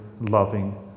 loving